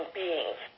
beings